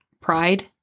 Pride